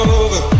over